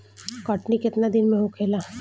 कटनी केतना दिन में होखेला?